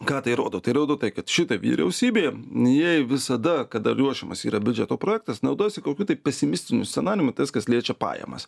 ką tai rodo tai rodo tai kad šita vyriausybė jie visada kada ruošiamas yra biudžeto projektas naudojasi kokiu tai pesimistiniu scenarijumi tas kas liečia pajamas